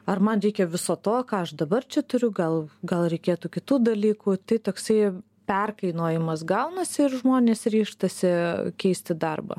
ar man reikia viso to ką aš dabar čia turiu gal gal reikėtų kitų dalykų tai toksai perkainojimas gaunasi ir žmonės ryžtasi keisti darbą